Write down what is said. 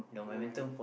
when